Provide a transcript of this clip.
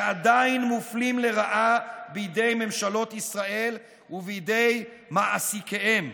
שעדיין מופלים לרעה בידי ממשלות ישראל ובידי מעסיקיהם.